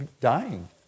dying